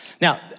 Now